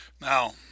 Now